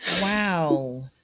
wow